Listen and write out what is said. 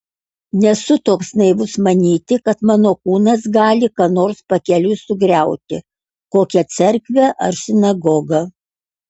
nesu toks naivus manyti kad mano kūnas gali ką nors pakeliui sugriauti kokią cerkvę ar sinagogą